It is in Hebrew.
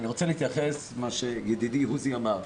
אני רוצה להתייחס למה שידידי עוזי אמר.